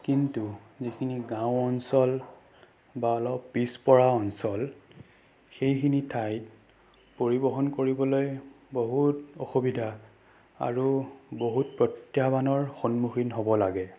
কিন্তু যিখিনি গাঁও অঞ্চল বা অলপ পিছপৰা অঞ্চল সেইখিনি ঠাইত পৰিবহণ কৰিবলৈ বহুত অসুবিধা আৰু বহুত প্ৰত্যাহ্বানৰ সন্মুখীন হ'ব লাগে